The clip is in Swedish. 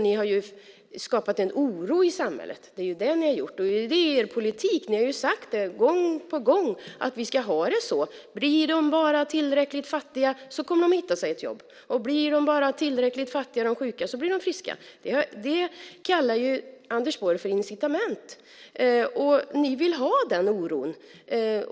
Ni har skapat en oro i samhället. Det är det ni har gjort. Det är er politik. Ni har sagt gång på gång att vi ska ha det så. Blir de bara tillräckligt fattiga kommer de att hitta ett jobb, och blir de sjuka bara tillräckligt fattiga blir de friska. Det kallar Anders Borg för incitament. Ni vill ha den oron.